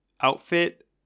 outfit